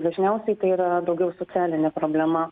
dažniausiai tai yra daugiau socialinė problema